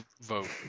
vote